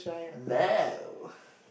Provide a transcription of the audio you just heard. no